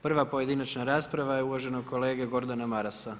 Prva pojedinačna rasprava je uvaženog kolege Gordana Marasa.